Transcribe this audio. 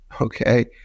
okay